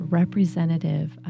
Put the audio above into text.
representative